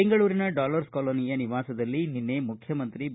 ಬೆಂಗಳೂರಿನ ಡಾಲರ್ಸ್ ಕಾಲೋನಿಯ ನಿವಾಸದಲ್ಲಿ ನಿನ್ನೆ ಮುಖ್ಯಮಂತ್ರಿ ಬಿ